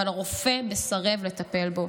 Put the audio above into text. אבל הרופא מסרב לטפל בו.